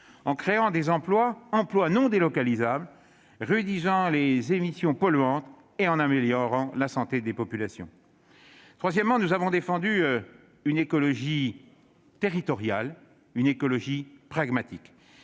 en créant des emplois non délocalisables, en réduisant les émissions polluantes et en améliorant la santé des populations. Troisièmement, défendre une écologie territoriale et pragmatique.